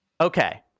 Okay